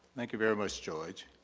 thank you very much, george.